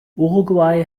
uruguay